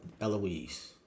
Eloise